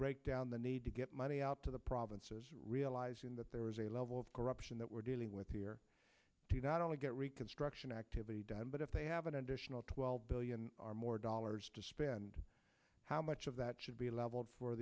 break down the need to get money out to the provinces realizing that there is a level of corruption that we're dealing with here not only get reconstruction activity done but if they have an additional twelve billion or more dollars to spend how much of that should be leveled for